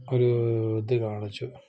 ഒരു ഇത് കാണിച്ചു